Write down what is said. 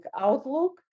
outlook